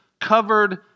covered